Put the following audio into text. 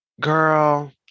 Girl